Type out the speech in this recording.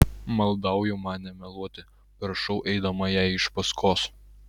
maldauju man nemeluoti prašau eidama jai iš paskos